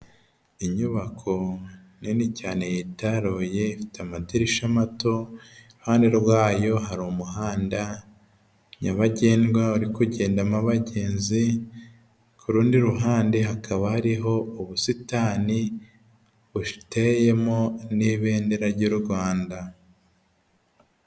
Inyubako nini cyane yitaruye, ifite amadirisha mato. Iruhande rwayo hari umuhanda nyabagendwa uri kugendamo abagenzi, ku rundi ruhande hakaba hariho ubusitani buteyemo n'ibendera ry'u Rwanda.